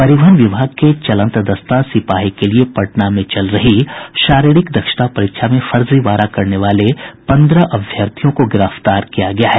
परिवहन विभाग के चलंत दस्ता सिपाही के लिए पटना में चल रही शारीरिक दक्षता परीक्षा में फर्जीवाड़ा करने वाले पन्द्रह अभ्यर्थियों को गिरफ्तार किया गया है